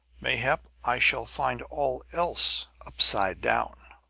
mayhap i shall find all else upside down.